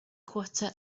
chwarter